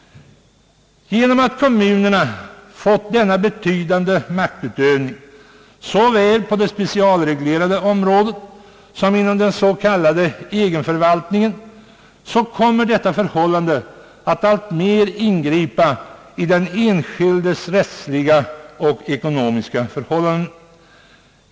Genom att kommunerna fått denna betydande maktutövning, såväl på det specialreglerade området som inom den s.k. egenförvaltningen, kommer de att alltmer ingripa i den enskildes rättsliga och ekonomiska förhållanden.